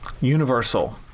universal